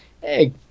hey